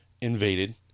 invaded